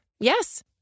Yes